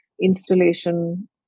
installation